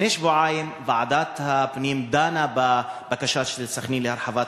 לפני שבועיים דנה ועדת הפנים בבקשה של סח'נין להרחבת